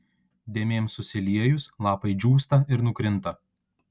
dėmėms susiliejus lapai džiūsta ir nukrinta